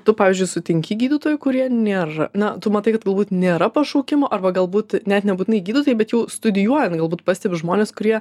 tu pavyzdžiui sutinki gydytojų kurie nėra na tu matai kad galbūt nėra pašaukimo arba galbūt net nebūtinai gydytojai bet jau studijuojant galbūt pastebi žmones kurie